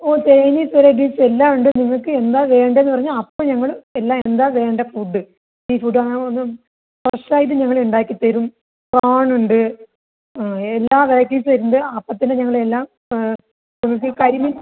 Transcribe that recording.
ഓ Chinese varieties എല്ലാം ഉണ്ട് നിങ്ങൾക്ക് എന്താ വേണ്ടതെന്ന് പറഞ്ഞാൽ അപ്പം ഞങ്ങൾ എല്ലാം എന്താ വേണ്ട ഫുഡ് സീഫുഡ് അങ്ങനെ ഒന്നും ഫ്രഷ് ആയിട്ട് ഞങ്ങൾ ഉണ്ടാക്കി തരും പ്രോൺ ഉണ്ട് ആ എല്ലാ വെറൈറ്റീസ് വരുന്നുണ്ട് അപ്പത്തന്നെ ഞങ്ങൾ എല്ലാം നിങ്ങൾക്ക് കരിമീൻ